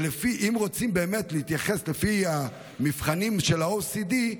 ואם רוצים להתייחס לפי המבחנים של ה-OECD,